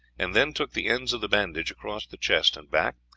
and then took the ends of the bandage across the chest and back,